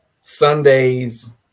sundays